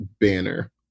banner